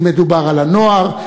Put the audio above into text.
אם מדובר על הנוער,